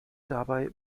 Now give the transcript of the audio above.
dabei